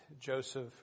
Joseph